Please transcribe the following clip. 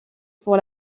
pour